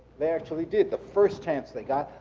they actually did, the first chance they got,